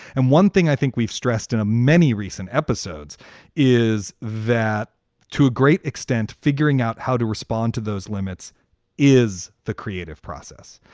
and one thing i think we've stressed in many recent episodes is that to a great extent, figuring out how to respond to those limits is the creative process.